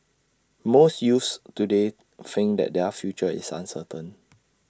most youths today think that their future is uncertain